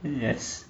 yes